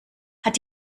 hat